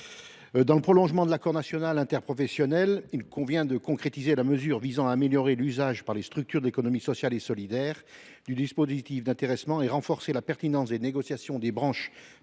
Dans le prolongement de l’accord national interprofessionnel (ANI), il convient de concrétiser la mesure visant à améliorer l’usage par les structures de l’économie sociale et solidaire (ESS) du dispositif d’intéressement et de renforcer la pertinence des négociations des branches